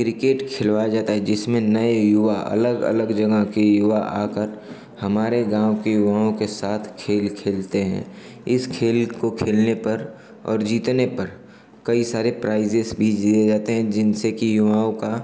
cricket खिलाया जाता है जिसमें नए युवा अलग अलग जगह के युवा आकर हमारे गाँव के युवाओं के साथ खेल खेलते हैं इस खेल को खेलने पर और जीतने पर कई सारे प्राइज़ भी दिए जाते हैं जिनसे कि युवाओं का